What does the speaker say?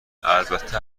البته